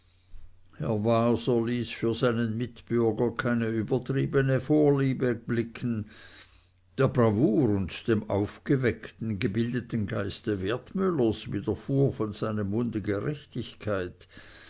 waser ließ für seinen mitbürger keine übertriebene vorliebe blicken der bravour und dem aufgeweckten gebildeten geiste wertmüllers widerfuhr von seinem munde gerechtigkeit